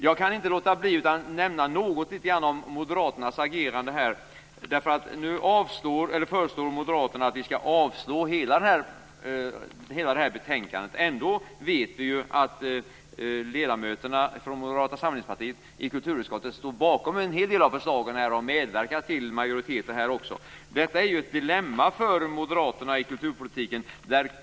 Jag kan inte låta bli att nämna något litet om moderaternas agerande här. Nu föreslår moderaterna att vi skall avslå hela det här betänkandet. Ändå vet vi ju att Moderata samlingspartiets ledamöter i kulturutskottet står bakom en hel del av förslagen. De medverkar till majoriteter här också. Detta är ett dilemma för moderaterna i kulturpolitiken.